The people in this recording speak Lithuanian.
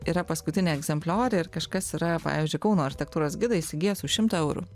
yra paskutiniai egzemplioriai ir kažkas yra pavyzdžiui kauno architektūros gidą įsigijęs už šimtą eurų